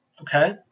Okay